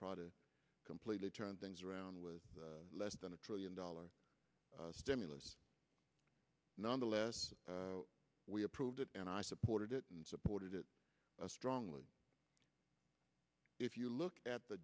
try to completely turn things around with less than a trillion dollar stimulus nonetheless we approved it and i supported it and supported it strongly if you look at the